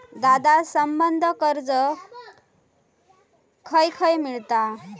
दादा, संबंद्ध कर्ज खंय खंय मिळता